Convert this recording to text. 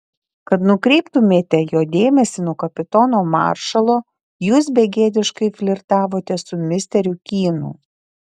kad nukreiptumėte jo dėmesį nuo kapitono maršalo jūs begėdiškai flirtavote su misteriu kynu